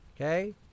Okay